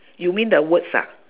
you mean the words ah